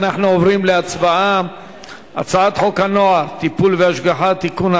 אנחנו עוברים להצבעה על הצעת חוק הנוער (טיפול והשגחה) (תיקון,